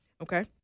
Okay